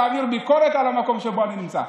להעביר ביקורת על המקום שבו אני נמצא.